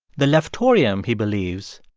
the leftorium, he believes,